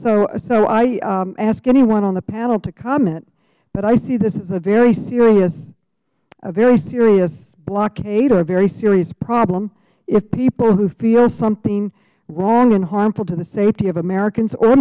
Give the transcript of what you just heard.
citizens so i ask anyone on the panel to comment but i see this as a very serious a very serious blockade or a very serious problem if people who feel something wrong and harmful to the safety of americans or